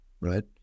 Right